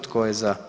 Tko je za?